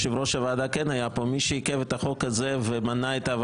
תישאר, אתה בקריאה שנייה, ותקשיב לי כשאני קורא